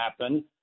happen